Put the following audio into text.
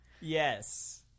Yes